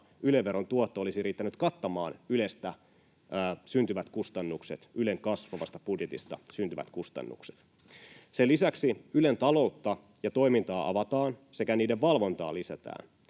Ylestä syntyvät kustannukset, Ylen kasvavasta budjetista syntyvät kustannukset. Sen lisäksi Ylen taloutta ja toimintaa avataan sekä niiden valvontaa lisätään.